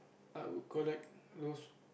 I would collect those